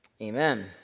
Amen